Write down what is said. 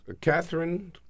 Catherine